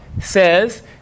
says